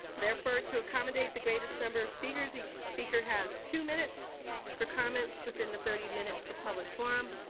therefore, to accommodate the greatest number of speakers each speaker has two minutes for comments within the thirty minute for public forum.